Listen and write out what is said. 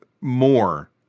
more